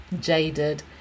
jaded